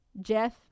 jeff